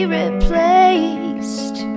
replaced